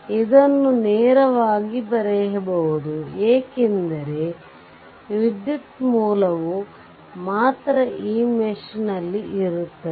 ಇದನ್ನು ನೇರವಾಗಿ ಬರೆಯಬಹುದು ಏಕೆಂದರೆ ವಿದ್ಯುತ್ ಮೂಲವು ಮಾತ್ರ ಈ ಮೆಶ್ ನಲ್ಲಿ ಇರುತ್ತದೆ